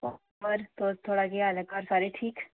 बस होर थुहाड़ा केह् हाल ऐ घर सारे ठीक